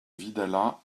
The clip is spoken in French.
vidalat